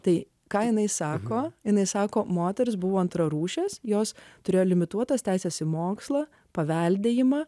tai ką jinai sako jinai sako moteris buvo antrarūšės jos turėjo limituotas teises į mokslą paveldėjimą